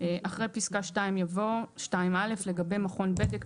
אחרי פסקה (2) יבוא: "2(א) לגבי מכון בדק,